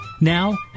Now